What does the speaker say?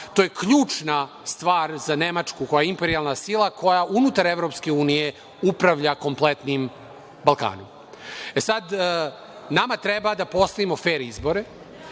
To je ključna stvar za Nemačku, koja je imperijalna sila, koja unutar EU upravlja kompletnim Balkanom. Nama treba da postavimo fer izbore.